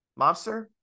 Mobster